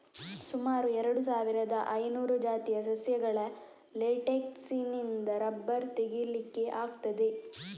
ಸುಮಾರು ಎರಡು ಸಾವಿರದ ಐನೂರು ಜಾತಿಯ ಸಸ್ಯಗಳ ಲೇಟೆಕ್ಸಿನಿಂದ ರಬ್ಬರ್ ತೆಗೀಲಿಕ್ಕೆ ಆಗ್ತದೆ